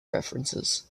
references